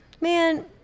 man